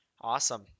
awesome